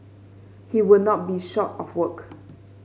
he would not be short of work